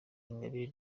ingabire